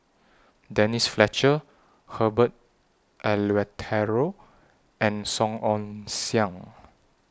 Denise Fletcher Herbert Eleuterio and Song Ong Siang